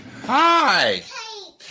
Hi